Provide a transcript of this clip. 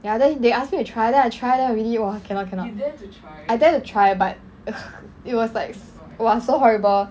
ya then they ask me to try then I try lah really !wah! cannot cannot I dare to try but uh it was like !wah! so horrible